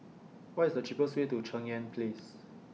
What IS The cheapest Way to Cheng Yan Place